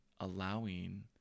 allowing